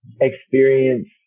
experience